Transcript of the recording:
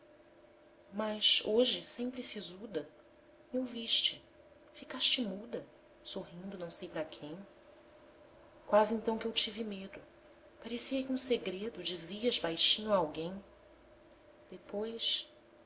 mas hoje sempre sisuda me ouviste ficaste muda sorrindo não sei pra quem quase então que eu tive medo parecia que um segredo dizias baixinho a alguém depois depois